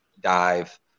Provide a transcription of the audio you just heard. dive